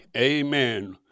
Amen